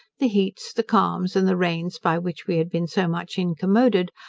the heats, the calms, and the rains by which we had been so much incommoded,